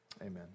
Amen